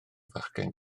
fachgen